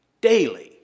daily